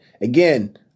again